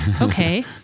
Okay